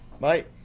Bye